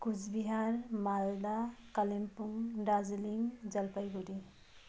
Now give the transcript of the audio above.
Cooch Behar Malda Kalimpong Darjeeling Jalpaiguri